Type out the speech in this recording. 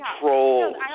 trolls